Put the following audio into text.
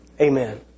Amen